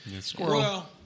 Squirrel